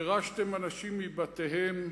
גירשתם אנשים מבתיהם,